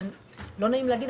לא נעים להגיד,